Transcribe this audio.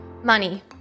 Money